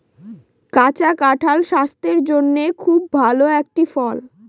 কাঁচা কাঁঠাল স্বাস্থের জন্যে খুব ভালো একটি ফল